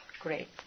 Great